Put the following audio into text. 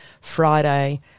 Friday